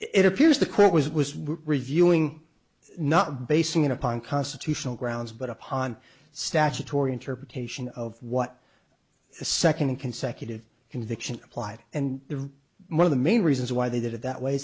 it appears the court was it was reviewing not basing it upon constitutional grounds but upon statutory interpretation of what a second consecutive conviction implied and one of the main reasons why they did it that way